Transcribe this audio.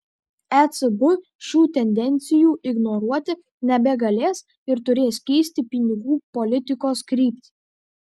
ecb šių tendencijų ignoruoti nebegalės ir turės keisti pinigų politikos kryptį